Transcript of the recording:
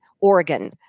Oregon